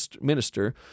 minister